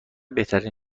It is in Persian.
بهترین